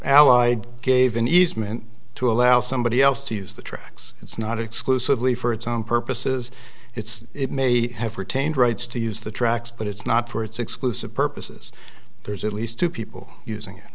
allied gave an easement to allow somebody else to use the tracks it's not exclusively for its own purposes it's it may have retained rights to use the tracks but it's not for its exclusive purposes there's at least two people using it